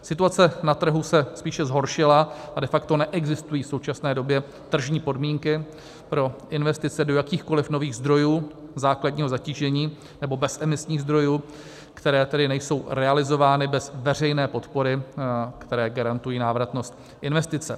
Situace na trhu se spíše zhoršila a de facto neexistují v současné době tržní podmínky pro investice do jakýchkoliv nových zdrojů základního zatížení, nebo bez emisních zdrojů, které tedy nejsou realizovány bez veřejné podpory, které garantují návratnost investice.